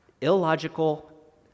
illogical